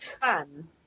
fun